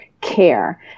care